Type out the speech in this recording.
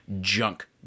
junk